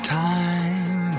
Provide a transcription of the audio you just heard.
time